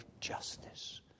justice